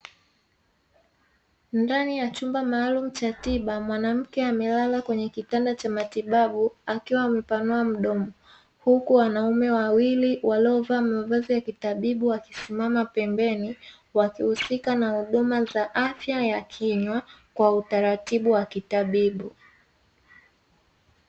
Ndani ya chumba maalum cha tiba mwanamke amelala kwenye kitanda cha matibabu akiwa amepanua mdomo, huku wanaume wawili waliovaa vazi za kitabibu wakisimama pembeni wakihusika na huduma za afya ya kinywa kwa utaratibu wa kitabibu.